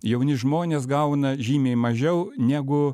jauni žmonės gauna žymiai mažiau negu